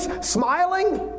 Smiling